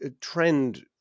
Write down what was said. trend